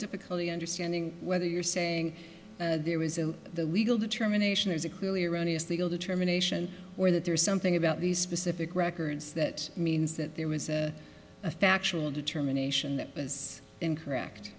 difficulty understanding whether you're saying there was a legal determination is a clearly erroneous legal determination or that there is something about these specific records that means that there was a factual determination that was incorrect